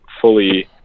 fully